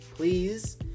please